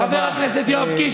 חבר הכנסת יואב קיש,